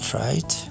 right